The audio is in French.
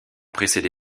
précédé